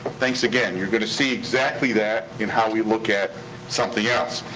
thanks again, you're gonna see exactly that in how we look at something else.